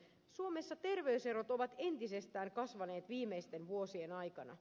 suomessa terveyserot ovat entisestään kasvaneet viimeisten vuosien aikana